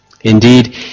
Indeed